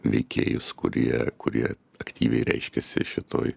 veikėjus kurie kurie aktyviai reiškiasi šitoj